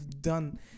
done